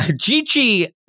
Gigi